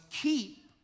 keep